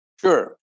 sure